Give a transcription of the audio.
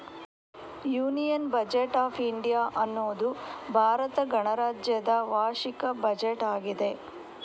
union budget of India ಅನ್ನುದು ಭಾರತ ಗಣರಾಜ್ಯದ ವಾರ್ಷಿಕ ಬಜೆಟ್ ಆಗಿದೆ